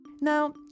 Now